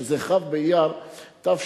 שזה כ' באייר תשע"ג.